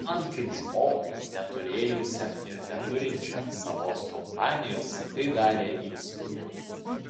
man kaip žmogui neturėjusiam ir neturinčiam savos kompanijos tai darė įspūdį